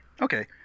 okay